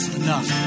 enough